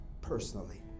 personally